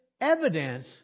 evidence